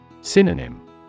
Synonym